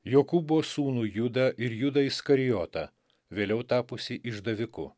jokūbo sūnų judą ir judą iskarijotą vėliau tapusį išdaviku